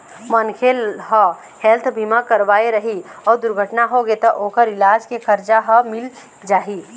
मनखे ह हेल्थ बीमा करवाए रही अउ दुरघटना होगे त ओखर इलाज के खरचा ह मिल जाही